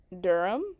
Durham